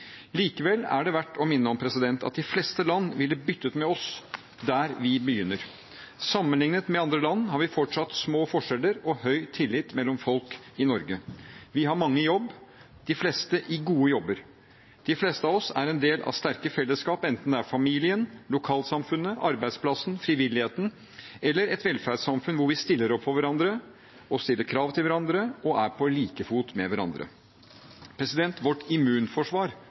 Likevel er det verdt å minne om at de fleste land ville byttet med oss der vi begynner. Sammenlignet med andre land har vi fortsatt små forskjeller og høy tillit mellom folk i Norge. Vi har mange i jobb, de fleste i gode jobber. De fleste av oss er en del av sterke fellesskap, enten det er familien, lokalsamfunnet, arbeidsplassen, frivilligheten eller et velferdssamfunn hvor vi stiller opp for hverandre, stiller krav til hverandre og står på like fot med hverandre. Vårt